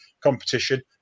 competition